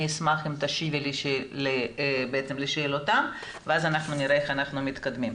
אני אשמח אם תשיבי לשאלותיהם ואז נראה איך אנחנו מתקדמים.